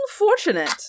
Unfortunate